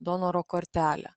donoro kortelę